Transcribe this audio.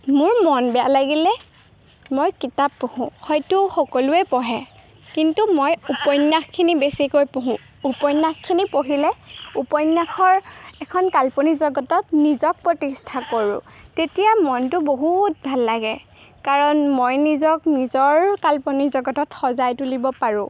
মোৰ মন বেয়া লাগিলে মই কিতাপ পঢ়োঁ হয়তো সকলোৱে পঢ়ে কিন্তু মই উপন্যাসখিনি বেছিকৈ পঢ়োঁ উপন্যাসখিনি পঢ়িলে উপন্যাসৰ এখন কাল্পনিক জগতত নিজক প্ৰতিষ্ঠা কৰোঁ তেতিয়া মনটো বহুত ভাল লাগে কাৰণ মই নিজক নিজৰ কাল্পনিক জগতত সজাই তুলিব পাৰোঁ